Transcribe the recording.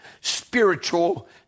spiritual